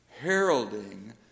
heralding